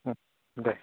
दे